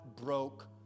broke